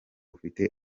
ufite